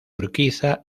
urquiza